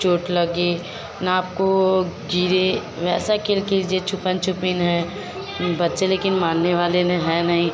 चोंट लगे ना आपको गिरे वैसा खेल खेलिजे छुपन छुपी हैं बच्चे लेकिन मानने वाले ना हैं नहीं